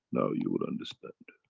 now you will understand.